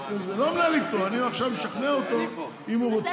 אתה מנהל איתו משא ומתן.